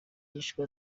yishwe